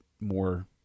more